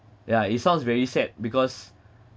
ya it sounds very sad because